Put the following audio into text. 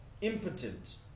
impotent